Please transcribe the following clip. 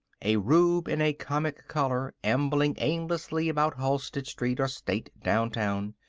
a rube in a comic collar ambling aimlessly about halsted street or state downtown.